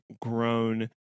grown